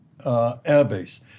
airbase